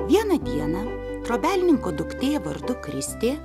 vieną dieną trobelninko duktė vardu kristė